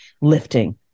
lifting